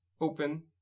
open